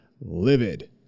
livid